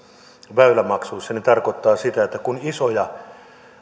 väylämaksuissa se tarkoittaa sitä että kun isoja